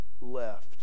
left